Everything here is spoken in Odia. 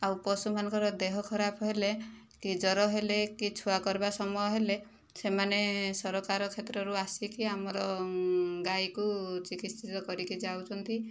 ଆଉ ପଶୁମାନଙ୍କର ଦେହ ଖରାପ ହେଲେ କି ଜ୍ଵର ହେଲେ କି ଛୁଆ କରିବା ସମୟ ହେଲେ ସେମାନେ ସରକାର କ୍ଷେତ୍ରରୁ ଆସିକି ଆମର ଗାଈକୁ ଚିକିତ୍ସିତ କରିକି ଯାଉଛନ୍ତି